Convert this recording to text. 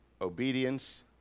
obedience